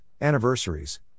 anniversaries